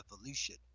evolution